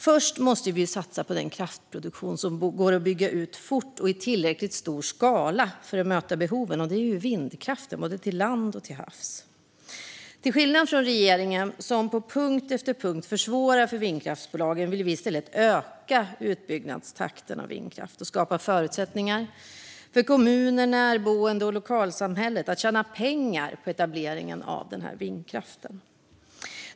Först måste vi satsa på den kraftproduktion som går fort att bygga ut i tillräckligt stor skala för att möta behoven, och det är vindkraften, både på land och till havs. Till skillnad från regeringen, som på punkt efter punkt försvårar för vindkraftsbolagen, vill vi i stället öka utbyggnadstakten för vindkraften och skapa förutsättningar för kommuner, närboende och lokalsamhällen att tjäna pengar på etableringar av vindkraft.